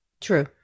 True